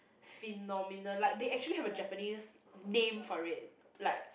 phenomenon like they actually has a Japanese name for it like